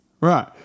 Right